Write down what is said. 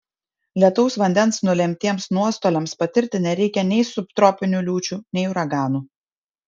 lietaus vandens nulemtiems nuostoliams patirti nereikia nei subtropinių liūčių nei uraganų